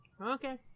Okay